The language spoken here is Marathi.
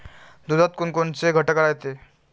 दुधात कोनकोनचे घटक रायते?